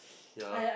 ya